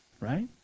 right